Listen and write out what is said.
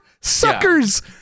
Suckers